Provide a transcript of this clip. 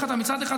מצד אחד,